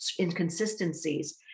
inconsistencies